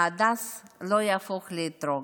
ההדס לא יהפוך לאתרוג.